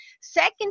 second